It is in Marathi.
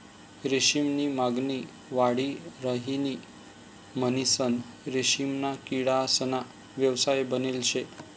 रेशीम नी मागणी वाढी राहिनी म्हणीसन रेशीमना किडासना व्यवसाय बनेल शे